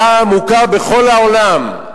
וזה היה מוכר בכל העולם.